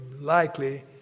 likely